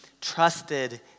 trusted